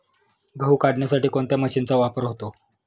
गहू काढण्यासाठी कोणत्या मशीनचा वापर होतो?